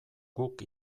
guk